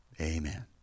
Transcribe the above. Amen